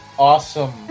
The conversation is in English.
Awesome